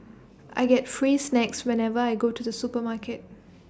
I get free snacks whenever I go to the supermarket